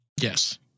Yes